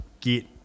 get